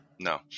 No